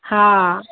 हा